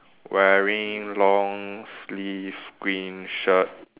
wearing long sleeve green shirt